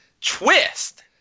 twist